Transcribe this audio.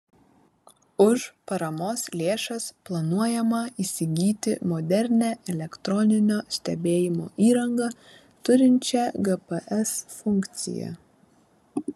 už paramos lėšas planuojama įsigyti modernią elektroninio stebėjimo įrangą turinčią gps funkciją